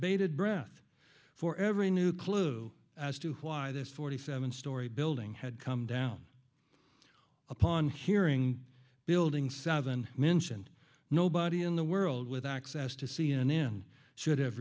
bated breath for every new clue as to why this forty seven story building had come down upon hearing building seven mentioned nobody in the world with access to c n n should